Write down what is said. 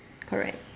correct